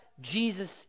Jesus